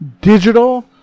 digital